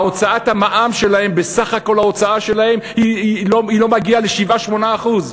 הוצאת המע"מ שלהם בסך כל ההוצאה שלהם לא מגיעה ל-8%-7%,